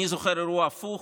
אני זוכר אירוע הפוך,